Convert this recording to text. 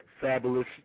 Fabulous